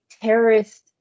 terrorist